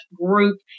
group